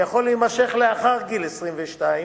שיכול להימשך לאחר גיל 22,